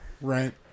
Right